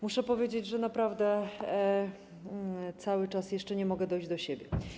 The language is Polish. Muszę powiedzieć, że naprawdę cały czas jeszcze nie mogę dojść do siebie.